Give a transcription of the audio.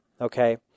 okay